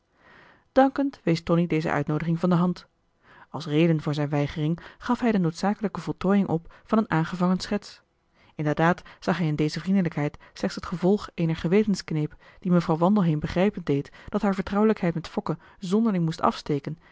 dankend wees tonie deze uitnoodiging van de hand als reden voor zijne weigering gaf hij de noodzakelijke voltooing op van een aangevangen schets inderdaad zag hij in deze vriendelijkheid slechts het gevolg eener gewetenskneep die mevrouw wandelheem begrijpen marcellus emants een drietal novellen deed dat haar vertrouwelijkheid met fokke zonderling moest afsteken